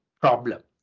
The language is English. problem